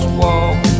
walk